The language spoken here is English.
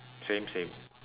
same same